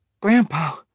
Grandpa